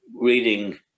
reading